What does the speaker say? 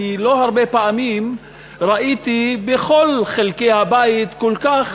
אני לא הרבה פעמים ראיתי בכל חלקי הבית כל כך